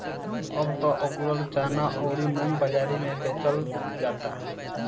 अब त अकुरल चना अउरी मुंग बाजारी में बेचल जाता